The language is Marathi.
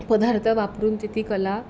पदार्थ वापरुन ते ती कला